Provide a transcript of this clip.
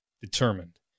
determined